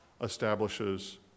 establishes